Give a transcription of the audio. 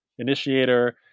initiator